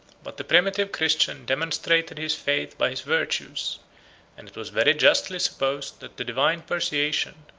but the primitive christian demonstrated his faith by his virtues and it was very justly supposed that the divine persuasion,